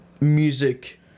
Music